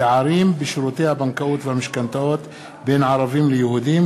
פערים בשירותי הבנקאות והמשכנתאות בין ערבים ליהודים.